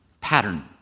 Pattern